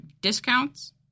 discounts